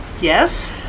Yes